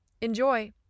Enjoy